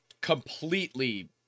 completely